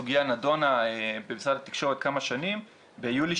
הסוגיה נדונה במשרד התקשורת כמה שנים וביולי